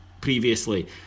previously